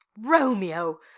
romeo